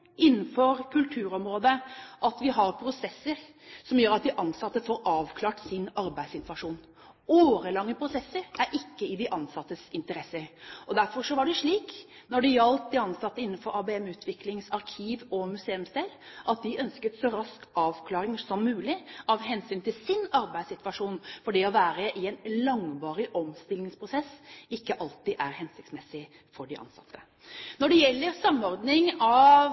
innenfor kulturområdet at vi har prosesser som gjør at de ansatte får avklart sin arbeidssituasjon. Årelange prosesser er ikke i de ansattes interesse. Derfor var det slik at når det gjaldt de ansatte innenfor ABM-utviklings arkiv- og museumsdel, ønsket de en så rask avklaring som mulig av hensyn til sin arbeidssituasjon, fordi det å være i en langvarig omstillingsprosess ikke alltid er hensiktsmessig for de ansatte. Når det gjelder samordning av